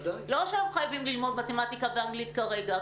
לא שהם חייבים ללמוד מתמטיקה ואנגלית כרגע,